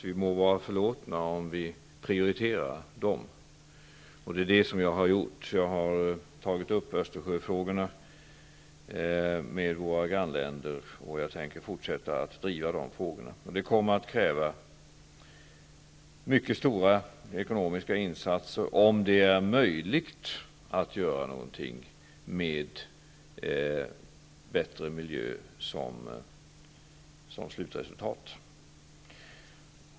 Vi må vara förlåtna om vi prioriterar dem. Det är det som jag har gjort. Jag har tagit upp Östersjöfrågorna med våra grannländer, och jag tänker fortsätta att driva de frågorna. Det kommer att kräva mycket stora ekonomiska insatser, om det är möjligt att göra någonting med bättre miljö som slutresultat.